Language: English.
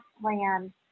plan